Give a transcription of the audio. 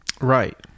Right